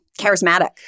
charismatic